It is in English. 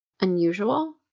unusual